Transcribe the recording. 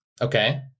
Okay